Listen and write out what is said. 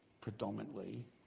predominantly